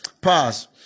pass